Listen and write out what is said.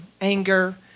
anger